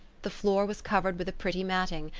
the floor was covered with a pretty matting,